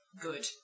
good